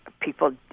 people